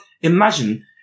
imagine